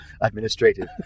administrative